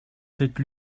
cette